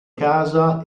casa